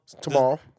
tomorrow